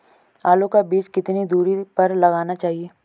आलू का बीज कितनी दूरी पर लगाना चाहिए?